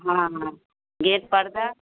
हँ हँ गेट पर्दा